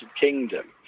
Kingdom